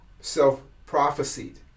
self-prophesied